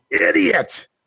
idiot